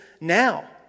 Now